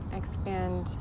expand